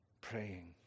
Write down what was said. praying